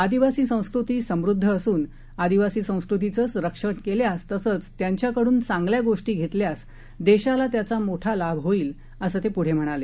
आदिवासीसंस्कृतीसमृद्धअसूनआदिवासीसंस्कृतीचंरक्षणकेल्यासतसंचत्यांच्याकडूनचां गल्यागोष्टीघेतल्यासदेशालात्याचामोठालाभहोईल असंतेप्रढेम्हणाले